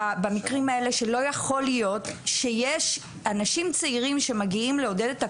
במקרים האלה שלא יכול להיות שיש אנשים צעירים שמגיעים לעודד את הקבוצה,